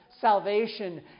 salvation